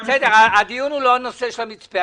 הדיון הוא לא הנושא של המצפה,